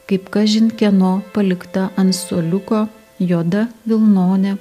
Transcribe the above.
kaip kažin kieno palikta ant suoliuko juoda vilnonė